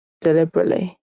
deliberately